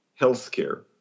healthcare